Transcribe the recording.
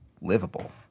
livable